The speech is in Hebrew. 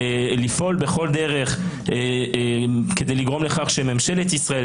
לפעול בכל דרך כדי לגרום לכך שממשלת ישראל,